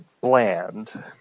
bland